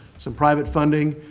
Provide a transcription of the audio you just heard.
some private funding,